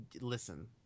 Listen